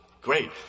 great